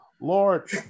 Lord